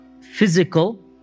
physical